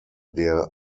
der